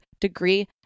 degree